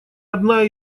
одна